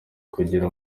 kugira